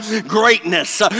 greatness